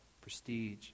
prestige